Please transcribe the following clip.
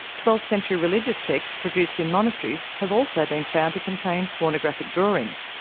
twelfth century religious texts produced in monasteries have also been found to contain pornographic drawings,